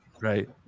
Right